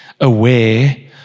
aware